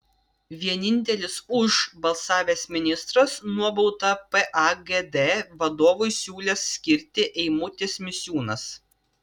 vienintelis už balsavęs ministras nuobaudą pagd vadovui siūlęs skirti eimutis misiūnas